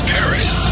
Paris